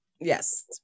Yes